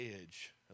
edge